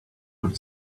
could